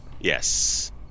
Yes